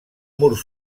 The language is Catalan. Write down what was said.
mur